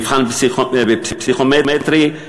מבחן בפסיכומטרי,